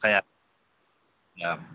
خیا یام